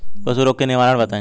पशु रोग के निवारण बताई?